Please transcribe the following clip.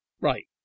right